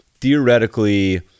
theoretically